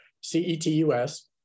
C-E-T-U-S